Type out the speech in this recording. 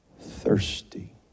thirsty